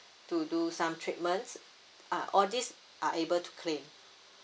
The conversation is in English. to do some treatments ah all these are able to claim